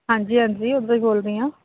ਹਾਂਜੀ ਹਾਂਜੀ ਉੱਧਰੋਂ ਹੀ ਬੋਲ ਰਹੀ ਹਾਂ